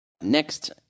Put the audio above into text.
Next